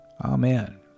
Amen